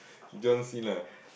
jumps in lah